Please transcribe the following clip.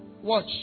Watch